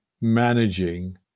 managing